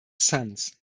sons